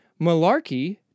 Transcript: malarkey